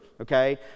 okay